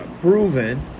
proven